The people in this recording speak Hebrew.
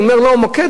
הוא אומר: מוקד,